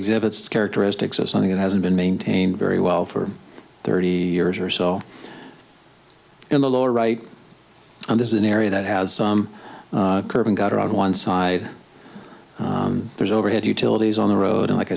exhibits characteristics of something that hasn't been maintained very well for thirty years or so in the lower right and this is an area that has some curving gutter on one side there's overhead utilities on the road and like